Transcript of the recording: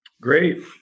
Great